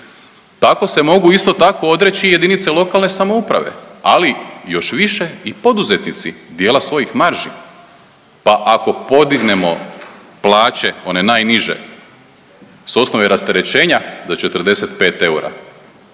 Tako se mogu isto tako odreći i jedinice lokalne samouprave, ali još više i poduzetnici dijela svojih marži. Pa ako podignemo plaće one najniže sa osnove rasterećenja za 45 eura,